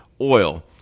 Oil